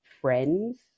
friends